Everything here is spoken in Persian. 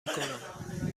میکنم